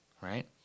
right